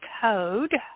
code